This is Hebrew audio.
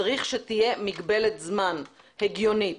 צריך שתהיה מגבלת זמן הגיונית.